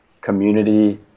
community